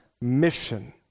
mission